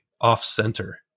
off-center